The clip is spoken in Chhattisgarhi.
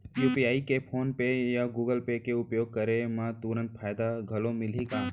यू.पी.आई के फोन पे या गूगल पे के उपयोग करे म तुरंत फायदा घलो मिलही का?